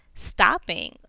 Stopping